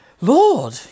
Lord